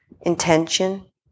intention